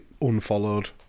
unfollowed